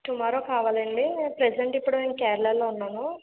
tomorrow కావాలండి present ఇప్పుడు మేము కేరళలో ఉన్నాము